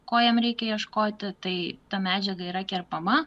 ko jam reikia ieškoti tai ta medžiaga yra kerpama